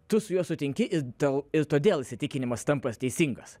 tu su juo sutinki daug ir todėl įsitikinimas tampa teisingas